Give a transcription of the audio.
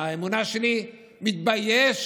באמונה שלי, מתבייש